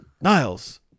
Niles